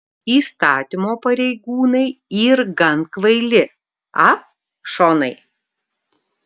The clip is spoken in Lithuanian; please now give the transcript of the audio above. įstatymo pareigūnai yr gan kvaili a šonai